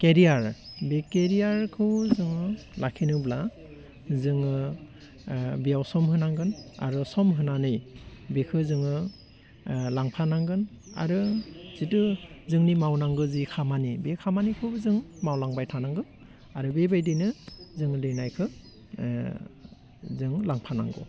career बे केरियारखौ जों लाखिनोब्ला जोङो बेयाव सम होनांगोन आरो सम होनानै बेखौ जोङो लांफानांगोन आरो जितु जोंनि मावनांगौ जि खामानि बे खामानिखौबो जों मावलांबाय थानांगौ आरो बेबायदिनो जोहो लिरनायखौ जों लांफानांगौ